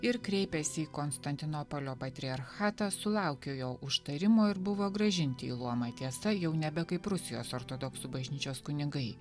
ir kreipėsi į konstantinopolio patriarchatą sulaukė jo užtarimo ir buvo grąžinti į luomą tiesa jau nebe kaip rusijos ortodoksų bažnyčios kunigai